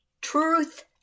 truth